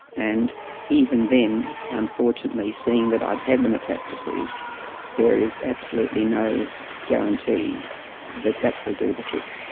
and even then unfortunately seeing that i had had the metastases there is absolutely no guarantee that that will do the trick.